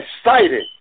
excited